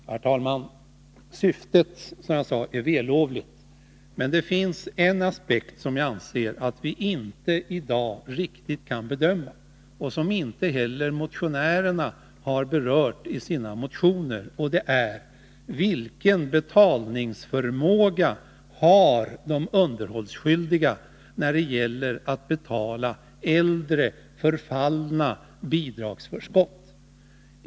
Herr talman! Syftet är, som jag sade, vällovligt. Men det finns en aspekt som jag anser att vi i dag inte riktigt kan bedöma och som motionärerna inte heller har berört i sina motioner, nämligen betalningsförmågan hos de underhållsskyldiga när det gäller att betala äldre, förfallna bidragsförskott.